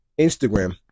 Instagram